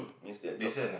means their job